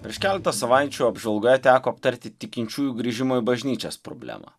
prieš keletą savaičių apžvalgoje teko aptarti tikinčiųjų grįžimo į bažnyčias problemą